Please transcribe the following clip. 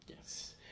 Yes